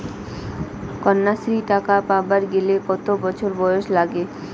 কন্যাশ্রী টাকা পাবার গেলে কতো বছর বয়স লাগে?